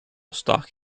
stock